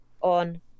on